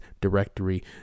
directory